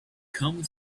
come